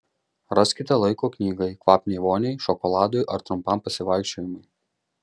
raskite laiko knygai kvapniai voniai šokoladui ar trumpam pasivaikščiojimui